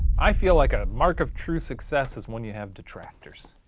i feel like a mark of true success is when you have detractors.